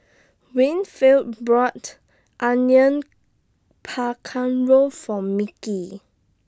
Winfield brought Onion For Mickie